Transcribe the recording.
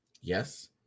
Yes